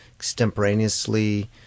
extemporaneously